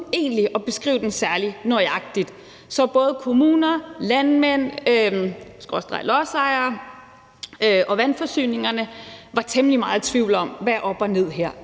egentlig at beskrive den særlig nøjagtigt, så både kommuner, landmænd skråstreg lodsejere og vandforsyninger var temmelig meget i tvivl om, hvad der var op og ned her.